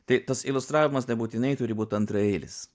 tai tas iliustravimas nebūtinai turi būt antraeilis